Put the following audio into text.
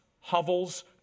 hovels